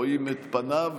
רואים את פניו,